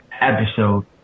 episode